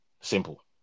Simple